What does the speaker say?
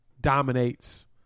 dominates